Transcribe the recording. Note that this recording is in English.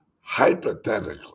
hypothetically